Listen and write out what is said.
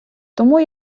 тому